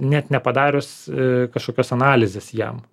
net nepadarius kažkokios analizės jam